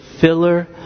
filler